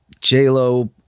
J-Lo